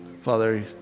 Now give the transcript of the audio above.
Father